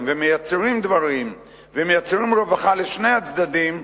ומייצרים דברים ומייצרים רווחה לשני הצדדים,